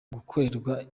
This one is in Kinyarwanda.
gukorerwa